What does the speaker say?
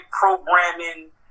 programming